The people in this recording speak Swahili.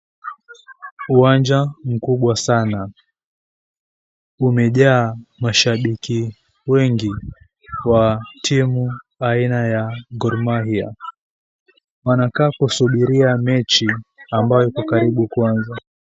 Uwanja mkubwa sana umejaa mashabiki wengi wa timu aina ya Gor mahia. Wanakaa kusubiria mechi ambayo iko karibu kuanza.